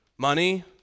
Money